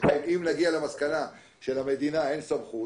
שכן אם נגיע למסקנה שלמדינה אין סמכות,